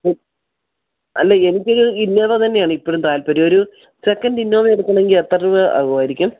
അല്ല എനിക്ക് ഒരു ഇന്നോവ തന്നെയാണ് ഇപ്പോഴും താല്പര്യം ഒരു സെക്കൻ്റ് ഇന്നോവ എടുക്കണമെങ്കിൽ എത്ര രൂപ ആകുമായിരിക്കും